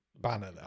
banner